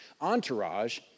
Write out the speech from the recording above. entourage